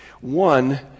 One